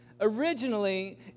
Originally